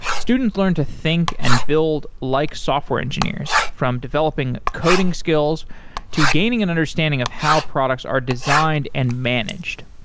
students learn to think and build like software engineers, from developing coding skills to gaining an understanding of how products are designed and managed.